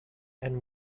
and